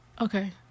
okay